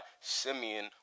Simeon